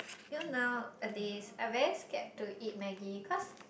you know nowadays I very scared to eat Maggi cause